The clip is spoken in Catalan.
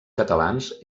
catalans